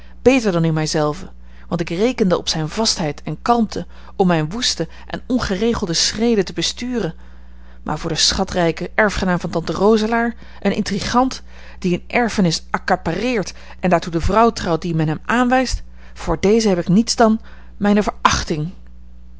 beter dan in mij zelve want ik rekende op zijne vastheid en kalmte om mijne woeste en ongeregelde schreden te besturen maar voor den schatrijken erfgenaam van tante roselaer een intrigant die eene erfenis accapareert en daartoe de vrouw trouwt die men hem aanwijst voor dezen heb ik niets dan mijne verachting